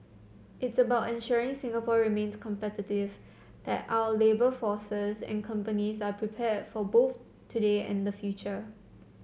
it's about ensuring Singapore remains competitive that our labour forces and companies are prepared for both today and the future